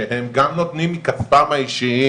שהם גם נותנים מכספם האישי,